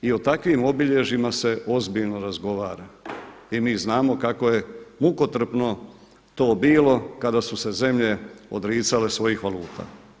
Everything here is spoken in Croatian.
I o takvim obilježjima se ozbiljno razgovara i mi znamo kako je mukotrpno to bilo kada su se zemlje odricale svojih valuta.